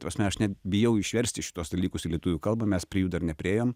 ta prasme aš net bijau išversti šituos dalykus į lietuvių kalbą mes prie jų dar nepriėjom